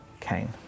Cain